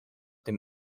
dem